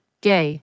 gay